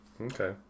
okay